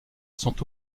sont